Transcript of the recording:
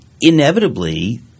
Inevitably